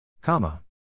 Comma